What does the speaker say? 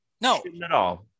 No